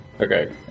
Okay